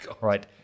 right